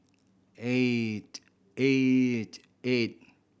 eight eight eight